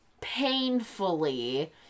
painfully